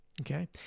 okay